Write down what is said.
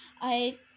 I-